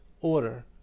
order